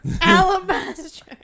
Alabaster